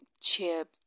chip